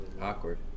Awkward